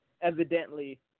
evidently